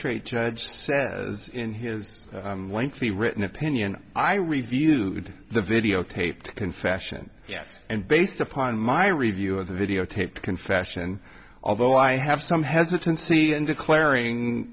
trate judge says in his lengthy written opinion i reviewed the videotaped confession yes and based upon my review of the videotaped confession although i have some hesitancy in declaring